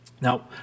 Now